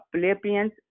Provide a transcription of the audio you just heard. Philippians